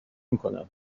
میکنم